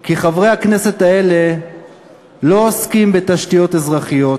כי חברי הכנסת האלה לא עוסקים בתשתיות אזרחיות,